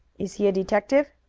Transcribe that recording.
is he a detective?